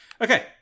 Okay